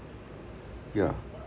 ya